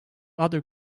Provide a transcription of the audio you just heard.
other